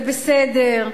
זה בסדר.